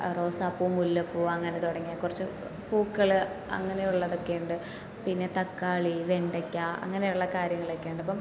റോസാപ്പൂ മുല്ലപ്പൂ അങ്ങനെ തുടങ്ങിയ കുറച്ച് പൂക്കൾ അങ്ങനെയുള്ളതൊക്കെ ഉണ്ട് പിന്നെ തക്കാളി വെണ്ടയ്ക്ക അങ്ങനെയുള്ള കാര്യങ്ങളൊക്കെയുണ്ട് അപ്പം